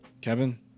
Kevin